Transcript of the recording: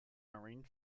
marine